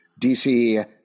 DC